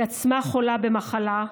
היא עצמה חולה במחלה.